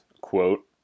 quote